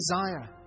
desire